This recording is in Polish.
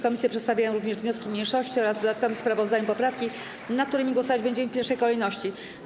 Komisje przedstawiają również wnioski mniejszości oraz, w dodatkowym sprawozdaniu, poprawki, nad którymi głosować będziemy w pierwszej kolejności.